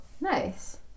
Nice